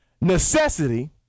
necessity